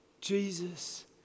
Jesus